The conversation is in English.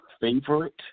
favorite